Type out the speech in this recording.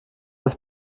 des